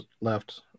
left